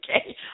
Okay